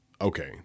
okay